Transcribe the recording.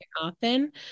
often